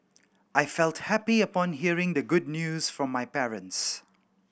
I felt happy upon hearing the good news from my parents